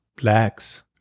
blacks